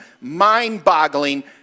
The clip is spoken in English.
mind-boggling